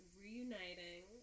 reuniting